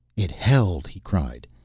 it held! he cried,